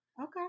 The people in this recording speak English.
okay